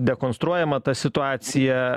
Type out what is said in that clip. dekonstruojama ta situacija